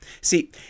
See